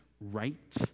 right